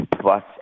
plus